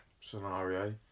scenario